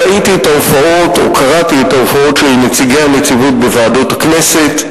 ראיתי או קראתי את ההופעות של נציגי הנציבות בוועדות הכנסת,